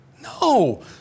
No